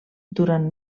durant